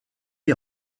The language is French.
est